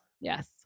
Yes